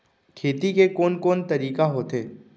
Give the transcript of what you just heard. खेती के कोन कोन तरीका होथे?